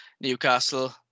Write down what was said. Newcastle